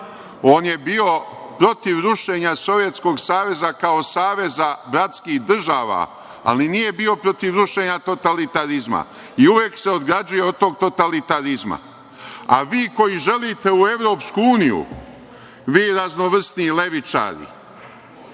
On je bio protiv rušenja Sovjetskog saveza kao saveza bratskih država, ali nije bio protiv rušenja totalitarizma i uvek se ograđuje od tog totalitarizma.A vi, koji želite u EU, vi raznovrsni levičari,